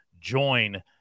join